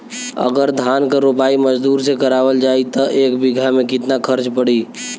अगर धान क रोपाई मजदूर से करावल जाई त एक बिघा में कितना खर्च पड़ी?